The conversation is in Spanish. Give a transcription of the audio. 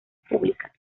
públicas